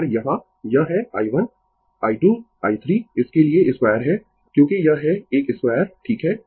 यहाँ यह है i1 I2 i3 इसके लिए 2 है क्योंकि यह है एक 2 ठीक है